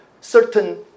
certain